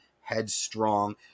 headstrong